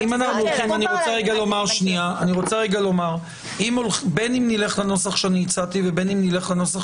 אני רוצה לומר: בין נלך לנוסח שהצעתי או לנוסח